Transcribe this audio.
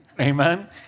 Amen